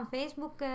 Facebook